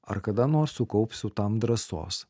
ar kada nors sukaupsiu tam drąsos